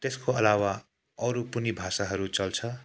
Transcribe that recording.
त्यसको अलावा अरू पनि भाषाहरू चल्छ